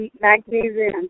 magnesium